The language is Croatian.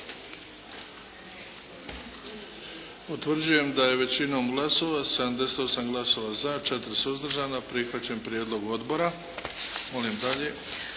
Utvrđujem da je većinom glasova 78 glasova za, 4 suzdržana prihvaćen prijedlog odbora. Molim dalje.